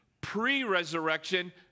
pre-resurrection